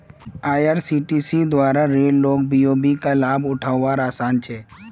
IRCTC द्वारा रेल लोक बी.ओ.बी का लाभ उठा वार आसान छे